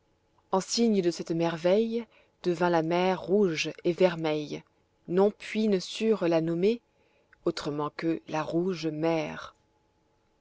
en signe de cette merveille devint la mer rouge et vermeille non puis ne surent la nommer autrement que la rouge mer